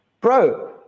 Bro